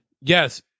yes